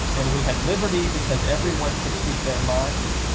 and we had liberty because everyone could speak their minds.